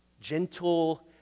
gentle